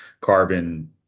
carbon